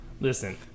Listen